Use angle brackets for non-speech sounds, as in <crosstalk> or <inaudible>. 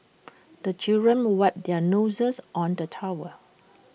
<noise> the children wipe their noses on the towel